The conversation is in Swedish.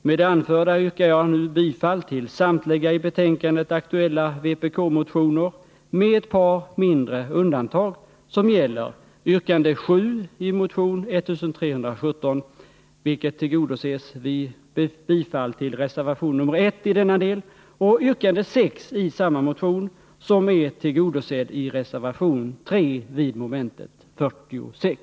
Med det anförda yrkar jag nu bifall till samtliga i betänkandet aktuella vpk-motioner med ett par mindre undantag, som gäller yrkande 7 i motion 1317, vilket tillgodoses vid bifall till reservation nr 1 i denna del, och yrkande 6 i samma motion, som är tillgodosett vid bifall till reservation nr 3 avseende moment 46.